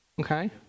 Okay